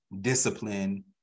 discipline